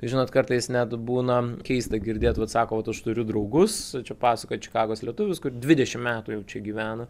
žinot kartais net būna keista girdėt vat sako vat aš turiu draugus čia pasakojo čikagos lietuvis kur dvidešim metų jau čia gyvena